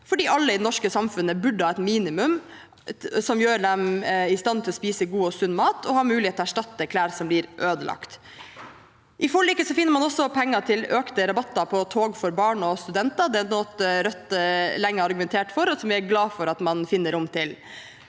alle i det norske samfunnet burde ha et minimum som gjør dem i stand til å spise god og sunn mat og ha mulighet til å erstatte klær som blir ødelagt. I forliket finner man også penger til økte rabatter på tog for barn og studenter. Det er noe Rødt lenge har argumentert for, og som vi er glade for at man finner rom til.